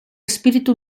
espíritu